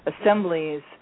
assemblies